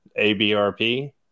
ABRP